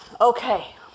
Okay